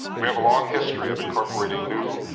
we have a long history of incorporating new,